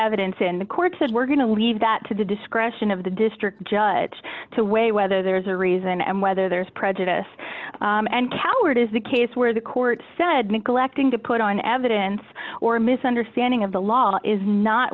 evidence in the court said we're going to leave that to the discretion of the district judge to weigh whether there's a reason and whether there's prejudice and coward is the case where the court said neglecting to put on evidence or a misunderstanding of the law is not